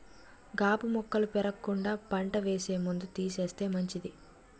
గాబు మొక్కలు పెరగకుండా పంట వేసే ముందు తీసేస్తే మంచిది